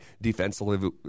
defensively